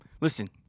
Listen